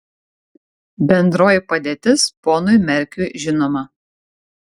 bendroji padėtis ponui merkiui žinoma